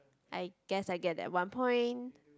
I guess I get that one point